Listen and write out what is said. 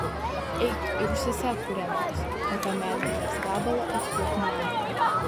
eik ir užsisek kurią nors o tą medvilnės gabalą atiduok man